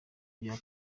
bya